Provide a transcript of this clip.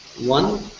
one